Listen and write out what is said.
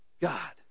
God